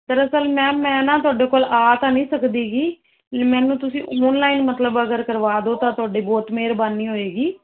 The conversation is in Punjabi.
ਦਰਅਸਲ ਮੈਮ ਮੈਂ ਨਾ ਤੁਹਾਡੇ ਕੋਲ ਆ ਤਾਂ ਨਹੀਂ ਸਕਦੀ ਗੀ ਮੈਨੂੰ ਤੁਸੀਂ ਓਨਲਾਈਨ ਮਤਲਬ ਅਗਰ ਕਰਵਾ ਦੋ ਤਾਂ ਤੁਹਾਡੀ ਬਹੁਤ ਮਿਹਰਬਾਨੀ ਹੋਏਗੀ